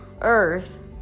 earth